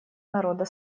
народа